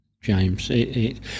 James